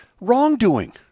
wrongdoing